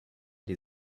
die